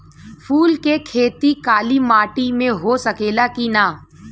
फूल के खेती काली माटी में हो सकेला की ना?